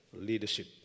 leadership